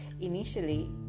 Initially